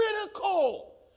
critical